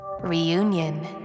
Reunion